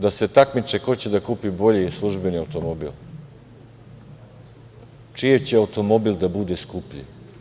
Da se takmiče ko će da kupi bolji službeni automobil, čiji će automobil da bude skuplji.